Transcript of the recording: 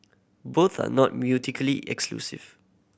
both are not exclusive